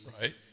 Right